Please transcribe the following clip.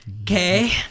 Okay